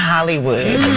Hollywood